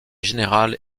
général